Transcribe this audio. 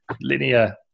linear